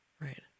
Right